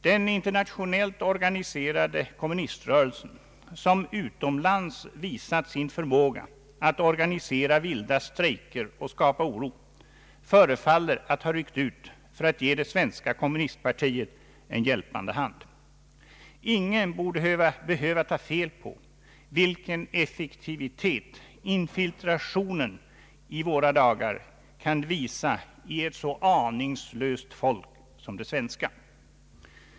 Den internationellt organiserade kommuniströrelsen, som utomlands visat sin förmåga att organisera vilda strejker och skapa oro, förefaller att ha ryckt ut för att ge det svenska kommunistpartiet en hjälpande hand. Ingen borde behöva ta fel på vilken effektivitet infiltrationen i våra dagar kan visa i ett så aningslöst folk som det svenska.